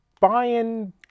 buying